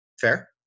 Fair